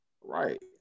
Right